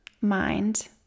mind